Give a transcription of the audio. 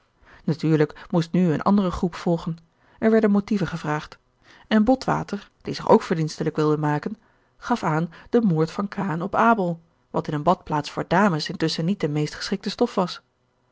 natuurlijk moest nu eene andere groep volgen er werden motieven gevraagd en botwater die zich ook verdienstelijk wilde maken gaf aan den moord van kain op abel wat in eene badplaats voor dames intusschen niet de meest geschikte stof was